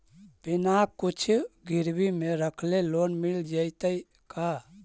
बिना कुछ गिरवी मे रखले लोन मिल जैतै का?